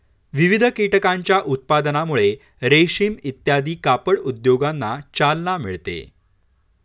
विविध कीटकांच्या उत्पादनामुळे रेशीम इत्यादी कापड उद्योगांना चालना मिळते